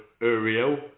Uriel